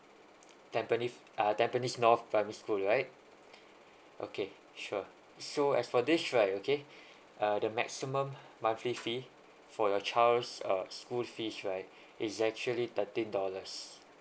tampines uh tampines north primary school right okay sure so as for this okay uh the maximum monthly fee for your child's err school fees right it's actually thirteen dollars